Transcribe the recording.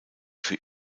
für